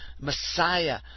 Messiah